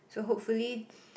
so hopefully